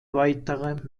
weitere